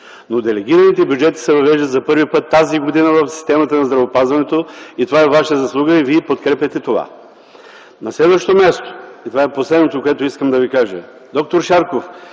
Но делегираните бюджети се въвеждат за първи път тази година в системата на здравеопазването, това е ваша заслуга и Вие подкрепяте това. На следващо място и това е последното, което искам да Ви кажа: д-р Шарков,